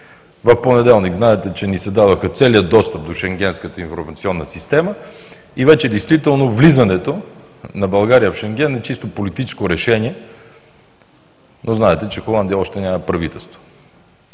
В понеделник знаете, че ни се даде целият достъп до Шенгенската информационна система и вече действително влизането на България в Шенген е чисто политическо решение, но знаете, че Холандия още няма правителство.